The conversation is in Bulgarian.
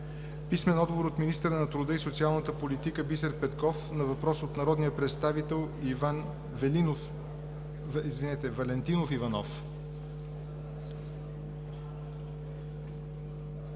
Велинов; - министъра на труда и социалната политика Бисер Петков на въпрос от народния представител Иван Валентинов Иванов;